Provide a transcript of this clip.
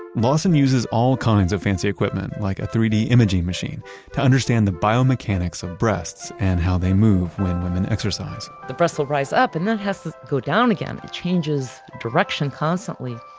lawson uses all kinds of fancy equipment like a three d imaging machine to understand the biomechanics of breasts and how they move when women exercise the breasts will rise up and then has to go down again. it changes direction constantly.